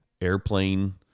airplane